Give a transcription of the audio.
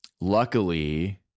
luckily